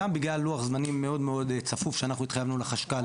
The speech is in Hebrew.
גם בגלל לוח זמנים מאוד מאוד צפוף שאנחנו התחייבנו לחשכ"ל,